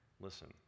Listen